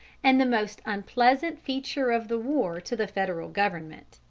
and the most unpleasant feature of the war to the federal government,